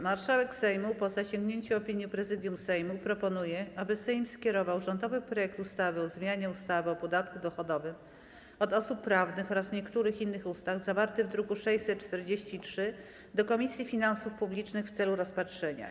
Marszałek Sejmu, po zasięgnięciu opinii Prezydium Sejmu, proponuje, aby Sejm skierował rządowy projekt ustawy o zmianie ustawy o podatku dochodowym od osób prawnych oraz niektórych innych ustaw, zawarty w druku nr 643, do Komisji Finansów Publicznych w celu rozpatrzenia.